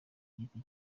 giti